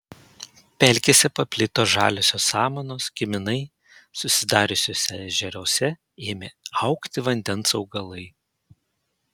pelkėse paplito žaliosios samanos kiminai susidariusiuose ežeruose ėmė augti vandens augalai